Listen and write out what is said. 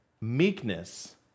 meekness